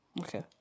okay